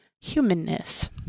humanness